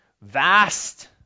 Vast